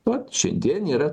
vat šiandien yra